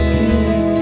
good